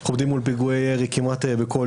אנחנו עומדים מול פיגועי ירי כמעט בכל